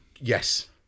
Yes